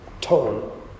tone